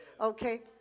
Okay